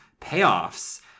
payoffs